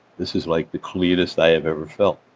this is like the cleanest i have ever felt.